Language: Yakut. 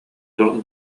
туох